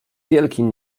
wielkim